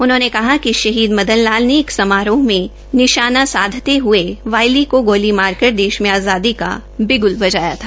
उन्होंने कहा कि शहीद मदन लाल पींगरा ने एक समारोह में निशाना साधते हये वायली को गोली मार कर देश में आज़ादी का बिग्ल बजाया था